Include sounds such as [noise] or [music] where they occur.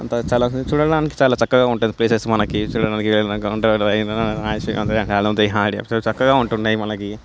చాలా చూడడానికి చాలా చక్కగా ఉంటుంది ప్లేసెస్ మనకి చాలా [unintelligible] చక్కగా ఉంటుంది మనకి